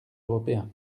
européen